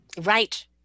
Right